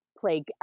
play